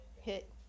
hit